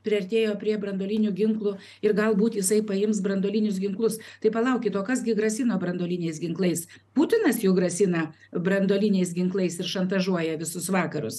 priartėjo prie branduolinių ginklų ir galbūt jisai paims branduolinius ginklus tai palaukit o kas gi grasino branduoliniais ginklais putinas jau grasina branduoliniais ginklais ir šantažuoja visus vakarus